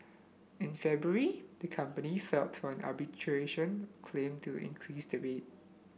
in February the company filed from arbitration claim to increase the rate